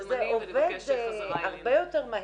שירותי הרווחה לנערות הם בסדר גמור ויש כאן שילוב של שני שירותים.